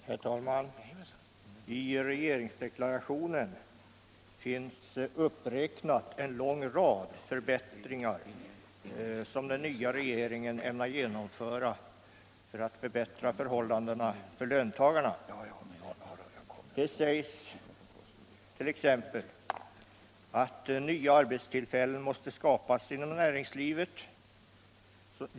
Herr talman! I regeringsdeklarationen uppräknas en lång rad förbättringar som den nya regeringen ämnar genomföra för löntagarna. Det sägs t.ex.: ”Nya arbetstillfällen måste skapas inom näringslivet.